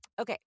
Okay